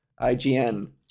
IGN